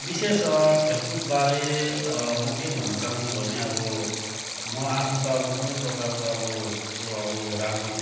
विशेष खेलकुदबारे म के भन्न चाहन्छु भने अब म आफू त अब कुनै प्रकारको अब ठुलो अब राम्रो